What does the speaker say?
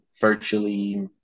virtually